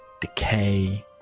decay